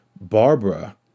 Barbara